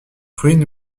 ruine